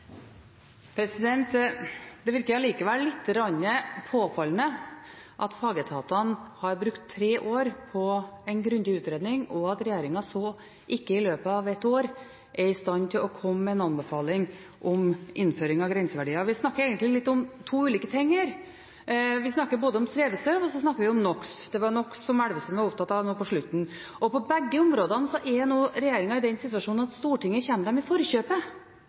oppfølgingsspørsmål. Det virker allikevel lite grann påfallende at fagetatene har brukt tre år på en grundig utredning, og at regjeringen så ikke er i stand til i løpet av ett år å komme med en anbefaling om innføring av grenseverdier. Vi snakker egentlig om to ulike ting her. Vi snakker om svevestøv, og så snakker vi om NOx. Det var NOx Elvestuen var opptatt av nå i replikken. På begge områdene er regjeringen i den situasjonen at Stortinget kommer den i forkjøpet.